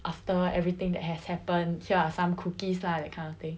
after everything that has happened here are some cookies lah that kind of thing